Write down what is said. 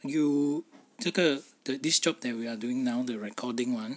you 这个 this job that we are doing now the recording one